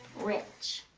rich.